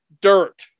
dirt